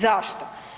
Zašto?